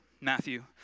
Matthew